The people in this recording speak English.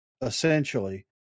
essentially